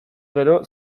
gero